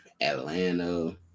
Atlanta